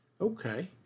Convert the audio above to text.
Okay